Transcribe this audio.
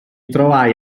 trovai